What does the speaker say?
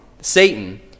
Satan